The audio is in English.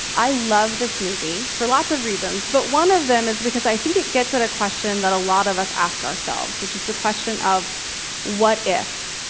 i love this movie, for lots of reasons. but one of them is because i think it gets at a question that a lot of us ask ourselves, which is the question of what if?